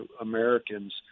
Americans